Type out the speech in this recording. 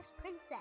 Princess